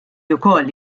ukoll